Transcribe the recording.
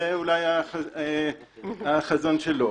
זה אולי החזון שלו.